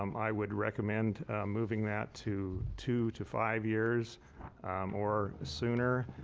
um i would recommend moving that to two to five years or sooner.